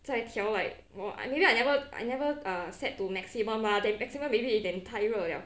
在调 like !wah! I maybe I never I never ah set to maximum mah then maximum maybe 一点太热 liao